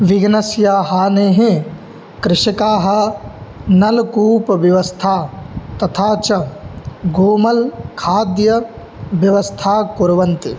विघ्नस्य हानेः कृषकाः नल्कूप् व्यवस्थां तथा च गोमल् खाद्य व्यवस्थां कुर्वन्ति